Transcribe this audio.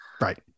Right